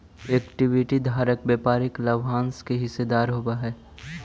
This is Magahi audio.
इक्विटी धारक व्यापारिक लाभांश के हिस्सेदार होवऽ हइ